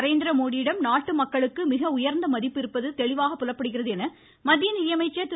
நரேந்திரமோடியிடம் நாட்டு மக்களுக்கு மிக உயர்ந்த மதிப்பு இருப்பது தெளிவாக புலப்படுகிறது என மத்திய நிதியமைச்சர் திரு